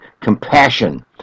compassion